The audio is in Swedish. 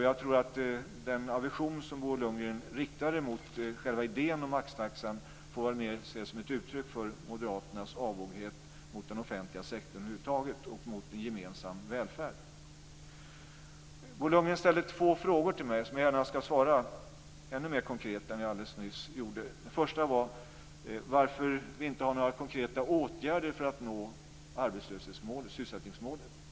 Jag tror att den aversion som Bo Lundgren riktar mot själva idén om maxtaxan mera får ses som ett uttryck för Moderaternas avoghet mot den offentliga sektorn över huvud taget och mot en gemensam välfärd. Bo Lundgren ställde två frågor till mig som jag gärna skall besvara ännu mera konkret än jag alldeles nyss gjorde. Den första frågan var varför vi inte har några konkreta åtgärder för att nå arbetslöshets och sysselsättningsmålen.